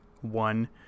one